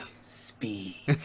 speed